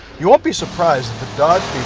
you won't be surprised the dodge